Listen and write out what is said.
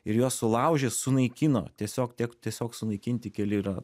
ir juos sulaužė sunaikino tiesiog tiek tiesiog sunaikinti keli yra